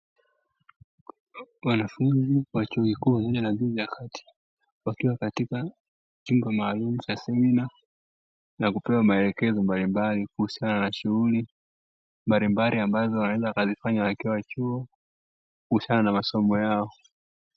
Wanafunzi wa chuo kikuu pamoja na vyuo vya kati wakiwa katika chumba maalumu cha semina na kupewa maelekezo mbalimbali kuhusiana shughuli mbalimbali ambazo wanaweza kuzifanya wakiwa chuo; kuhusiana na masomo yao.